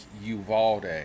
Uvalde